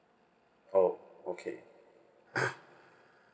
oh okay